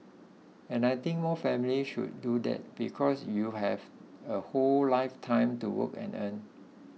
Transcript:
and I think more families should do that because you have a whole lifetime to work and earn